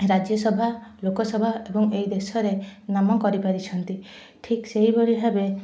ରାଜ୍ୟସଭା ଲୋକସଭା ଏବଂ ଏଇ ଦେଶରେ ନାମ କରିପାରିଛନ୍ତି ଠିକ୍ ସେହି ଭଳି ଭାବେ